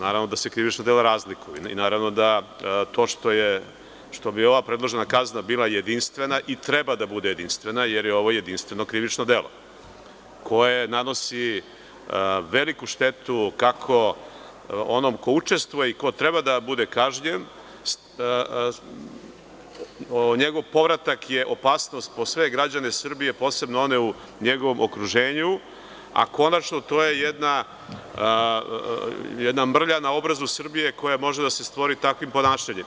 Naravno da se krivična dela razlikuju i naravno da to što bi ova predložena kazna bila jedinstvena i treba da bude jedinstvena, jer je ovo jedinstveno krivično delo koje nanosi veliku štetu kako onom ko učestvuje i ko treba da bude kažnjen, jer je njegov povratak opasnost po sve građane Srbije, posebno za one u njegovom okruženju, a konačno, to je jedna mrlja na obrazu Srbije koja može da se stvori takvim ponašanjem.